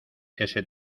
ese